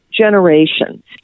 generations